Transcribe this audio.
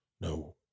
No